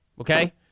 okay